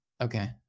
Okay